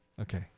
Okay